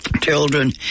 children